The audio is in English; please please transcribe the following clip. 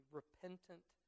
repentant